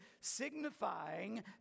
signifying